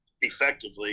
effectively